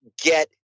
get